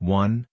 one